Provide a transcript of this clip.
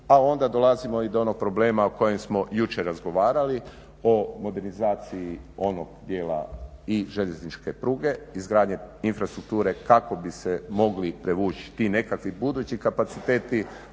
a onda dolazimo i do onog problema o kojem smo jučer razgovarali, o modernizaciji onog djela i željezničke pruge, izgradnje infrastrukture kako bi se mogli prevući ti nekakvi budući kapaciteti